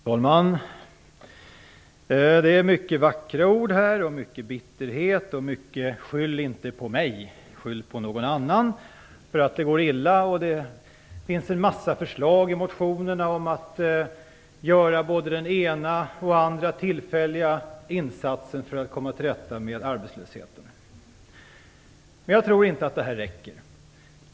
Fru talman! Det är många vackra ord, mycket bitterhet, mycket av: Skyll inte på mig, skyll på någon annan, för att det går illa. Det finns en massa förslag i motionerna om att göra både den ena och den andra tillfälliga insatsen för att komma till rätta men arbetslösheten. Jag tror inte att det räcker.